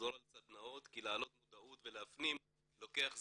לחזור על סדנאות כי להעלות מודעות ולהפנים לוקח זמן.